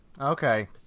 Okay